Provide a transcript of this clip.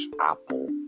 apple